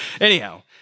Anyhow